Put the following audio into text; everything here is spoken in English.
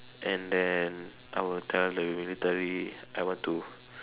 and then I will tell the military I want to